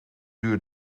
duur